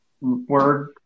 word